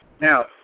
Now